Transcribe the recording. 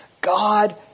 God